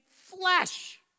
flesh